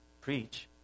Preach